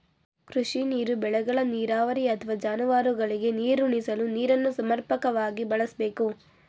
ಕೃಷಿ ನೀರು ಬೆಳೆಗಳ ನೀರಾವರಿ ಅಥವಾ ಜಾನುವಾರುಗಳಿಗೆ ನೀರುಣಿಸುವ ನೀರನ್ನು ಸಮರ್ಪಕವಾಗಿ ಬಳಸ್ಬೇಕು